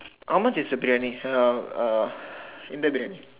how much is a granny sell in the grain